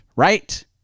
Right